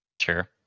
Sure